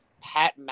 Pat